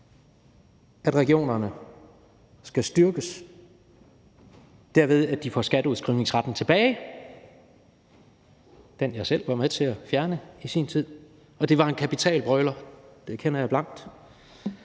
at regionerne skal styrkes, derved at de får skatteudskrivningsretten tilbage – den, jeg selv var med til at fjerne i sin tid, og det var en kapitalbrøler; det erkender jeg blankt.